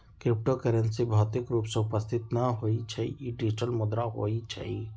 crypto currency भौतिक रूप में उपस्थित न होइ छइ इ डिजिटल मुद्रा होइ छइ